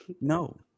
no